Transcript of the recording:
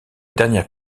dernière